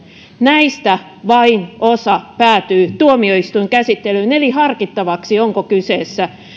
näistä vain osa päätyy tuomioistuinkäsittelyyn eli harkittavaksi onko kyseessä